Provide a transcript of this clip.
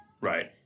Right